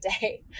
day